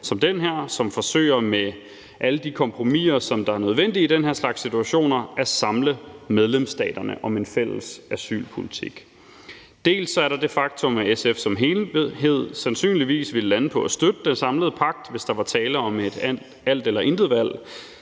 som med alle de kompromiser, der er nødvendige i den her slags situationer, forsøger at samle medlemsstaterne om en fælles asylpolitik. Dels er der det faktum, at SF som helhed sandsynligvis ville lande på at støtte den samlede pagt, hvis der var tale om et alt eller intet-valg,